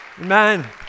Amen